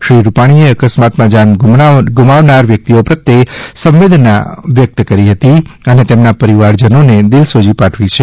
શ્રી રૂપાણીએ અકસ્માતમાં જાન ગુમાવનાર વ્યક્તિઓ પ્રત્યે સંવેદના કરી તેમના પરિવારજનોને દિલસોજી પાઠવી છે